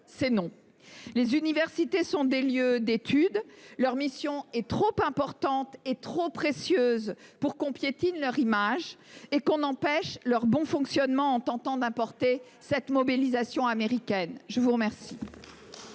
c’est non ! Les universités sont des lieux d’études. Leur mission est trop importante et trop précieuse pour que l’on piétine leur image et que l’on empêche leur bon fonctionnement, en tentant d’importer cette mobilisation des États Unis.